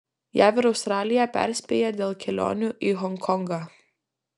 jav ir australija perspėja dėl kelionių į honkongą